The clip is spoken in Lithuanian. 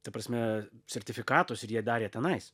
ta prasme sertifikatus ir jie darė tenais